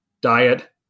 diet